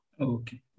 Okay